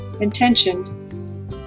Intention